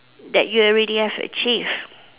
that you already have achieved